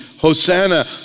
Hosanna